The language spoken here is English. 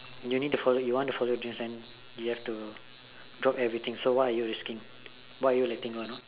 you need to follow you want to follow your dreams then you have to drop everything so what are you risking what are you letting on